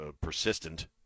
persistent